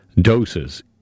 doses